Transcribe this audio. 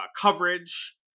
coverage